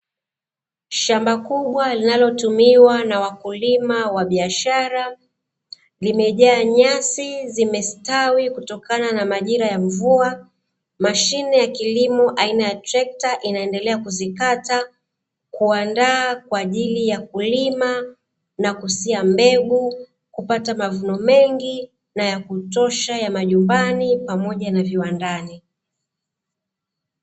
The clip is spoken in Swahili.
Shamba kubwa linalotumiwa na wakulima wa biashara, limejaa nyasi zimestawi kutokana na majira ya mvua mashine ya kilimo aina ya trekta inaendelea kuzikata, kuandaa kwa ajili ya kulima na kusia mbegu kupata mavuno mengi na ya kutosha ya majumbani pamoja na viwandani.